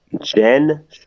Jen